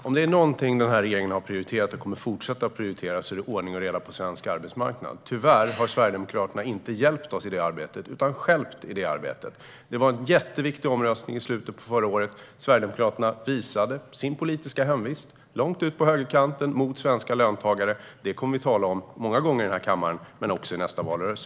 Herr talman! Om det är någonting som regeringen har prioriterat och kommer att fortsätta att prioritera är det ordning och reda på svensk arbetsmarknad. Tyvärr har Sverigedemokraterna inte hjälpt oss i det arbetet utan stjälpt i det arbetet. Det var en jätteviktig omröstning i slutet av förra året. Sverigedemokraterna visade sin politiska hemvist långt ut på högerkanten mot svenska löntagare. Det kommer vi att tala om många gånger i kammaren men också i nästa valrörelse.